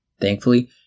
Thankfully